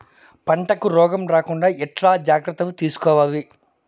పంటకు రోగం రాకుండా ఎట్లా జాగ్రత్తలు తీసుకోవాలి?